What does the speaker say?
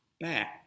back